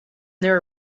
their